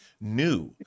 new